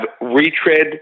retread